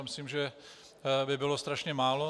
Myslím, že to by bylo strašně málo.